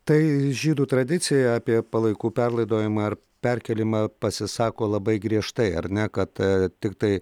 tai žydų tradicija apie palaikų perlaidojimą ar perkėlimą pasisako labai griežtai ar ne kad tiktai